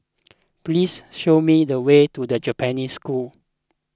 please show me the way to the Japanese School